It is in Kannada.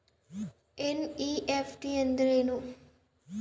ಎನ್.ಇ.ಎಫ್.ಟಿ ಅಂದ್ರೆನು?